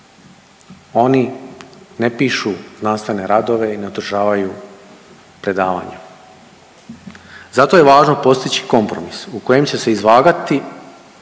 Oni ne pišu znanstvene radove i ne održavaju predavanja. Zato je važno postići kompromis u kojem će se izvagati